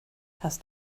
hast